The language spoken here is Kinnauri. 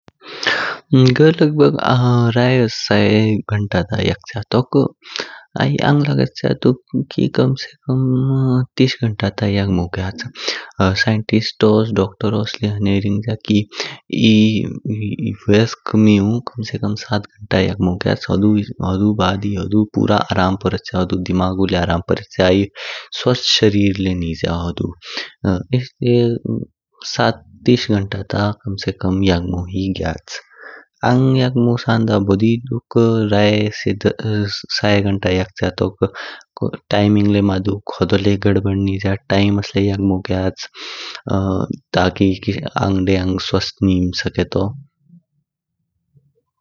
घः लग भग राये साये घंटा दा यकच्य तॊक। आइ आंग लागेच्य दुक की कम से कम तीस घंटा दा ता यगमो ग्याच। साइंटिस्टॊस, डॉक्टर्स ल्यय हने रिंग ज्या की एह व्यस्क म्यु कम से कम सात घंटा यंगमो ग्याच हुडु बाद ही हुडु पूरा आराम पॊरेच्य, हुडु दिमागु ल्यय आराम पॊरेच्य। आइ स्वास्थ्य शारीर ल्यय निज्य हुडु। इसलिये सात। तीस घंटा ता कम से कम यगमो ही ग्याच। आंग यगमो सांदा बॊडी दुक्क राये से साये घंटा यकच्य तॊकक टाइमिंग ल्यय मदुक होदो ल्यय गड़बड़ निज्य। टाइम्स ल्यय यगमो ग्याच तकी आंग देयांग स्वास्थ निम सकेतॊ।